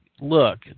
look